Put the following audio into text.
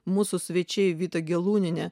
mūsų svečiai vita gelūnienė